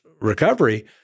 recovery